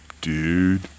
dude